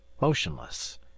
motionless